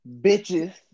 bitches